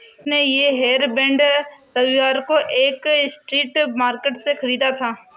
उसने ये हेयरबैंड रविवार को एक स्ट्रीट मार्केट से खरीदा था